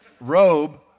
robe